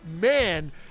man